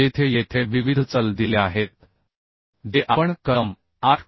जेथे येथे विविध चल दिले आहेत जे आपण कलम 8